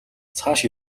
цааш